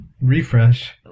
refresh